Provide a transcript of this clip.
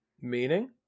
Meaning